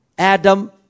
Adam